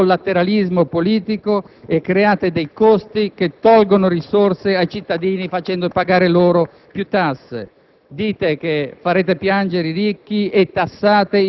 fare elargizioni a vostri settori di collateralismo politico e create dei costi che tolgono risorse ai cittadini, facendo pagare loro più tasse.